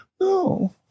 No